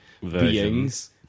beings